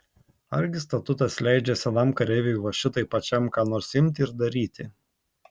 argi statutas leidžia senam kareiviui va šitaip pačiam ką nors imti ir daryti